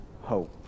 hope